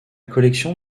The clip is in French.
collection